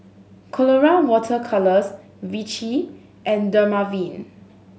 Colora Water Colours Vichy and Dermaveen